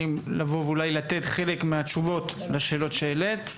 לבוא ולתת אולי חלק מהתשובות לשאלות שהעלית,